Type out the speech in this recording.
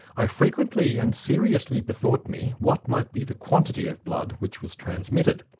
i frequently and seriously bethought me what might be the quantity of blood which was transmitted,